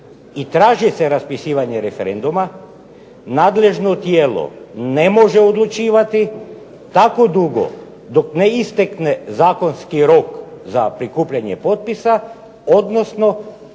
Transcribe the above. i traži se raspisivanje referenduma nadležno tijelo ne može odlučivati tako dugo dok ne istekne zakonski rok za prikupljanje potpisa, odnosno